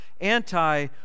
anti